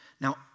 Now